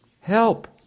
help